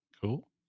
cool